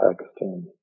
Pakistan